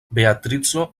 beatrico